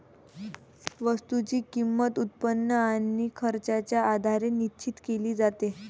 वस्तूची किंमत, उत्पन्न आणि खर्चाच्या आधारे निश्चित केली जाते